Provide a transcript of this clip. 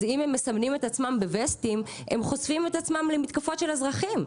אז אם הם מסמנים את עצמם בווסטים הם חושפים את עצמם למתקפות של אזרחים.